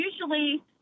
usually